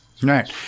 Right